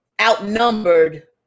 outnumbered